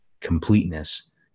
completeness